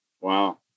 Wow